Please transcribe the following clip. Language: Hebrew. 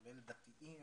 כולל דתיים,